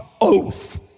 oath